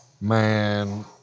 Man